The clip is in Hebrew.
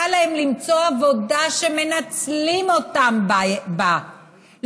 קל להם למצוא עבודה שמנצלים אותם בה,